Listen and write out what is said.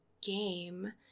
game